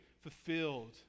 fulfilled